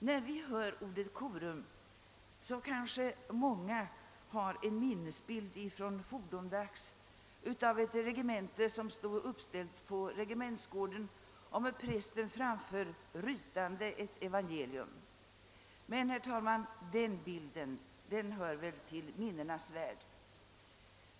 När vi hör ordet »korum» kanske många har en minnesbild från fordomdags av ett regemente som stod uppställt på regementsgården och med prästen framför rytande ett evangelium. Men, herr talman, den bilden hör som sagt till minnenas värld.